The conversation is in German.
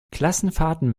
klassenfahrten